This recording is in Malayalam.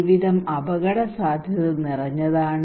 ജീവിതം അപകടസാധ്യത നിറഞ്ഞതാണ്